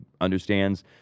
understands